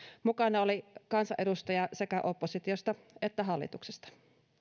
mukana oli kansanedustajia sekä oppositiosta että hallituksesta